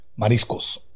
Mariscos